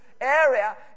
area